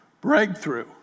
Breakthrough